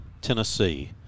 Tennessee